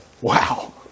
Wow